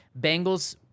Bengals